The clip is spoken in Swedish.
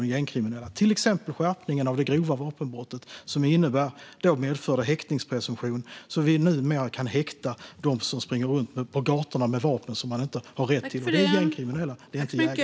Det gäller till exempel skärpningen av det grova vapenbrottet som medför en häktningspresumtion som innebär att vi numera kan häkta dem som springer runt på gatorna med vapen som de inte har rätt till. Det är gängkriminella. Det är inte jägare.